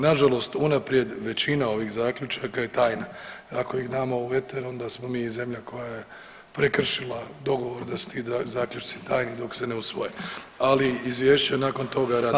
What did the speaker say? Nažalost unaprijed većina ovih zaključaka je tajna, ako ih damo u eter onda smo mi zemlja koja je prekršila dogovor da su ti zaključci tajni dok se ne usvoje, ali izvješće nakon toga radimo.